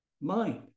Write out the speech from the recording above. mind